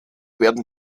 werden